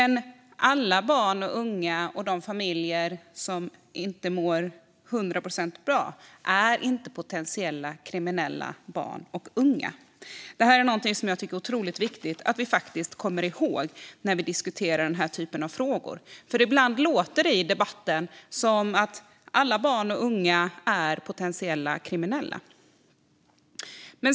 Men alla barn och unga som inte mår bra till hundra procent är inte potentiellt kriminella personer. Det är otroligt viktigt att vi kommer ihåg det när vi diskuterar frågor som dessa. Ibland låter det i debatten som om alla barn och unga är potentiellt kriminella.